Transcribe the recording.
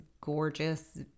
gorgeous